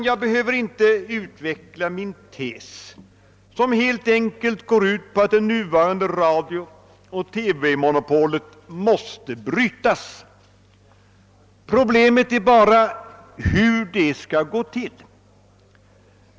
Jag behöver inte, herr talman, utveckla min tes som helt enkelt går ut på att det nuvarande radiooch TV monopolet måste brytas. Problemet är bara hur det skall gå till.